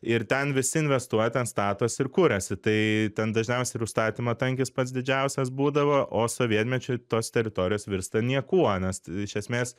ir ten visi investuoja ten statosi ir kuriasi tai ten dažniausiai ir užstatymo tankis pats didžiausias būdavo o sovietmečiu tos teritorijos virsta niekuo nes iš esmės